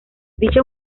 dicho